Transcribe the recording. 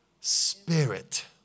spirit